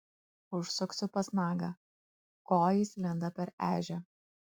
užsuksiu pas nagą ko jis lenda per ežią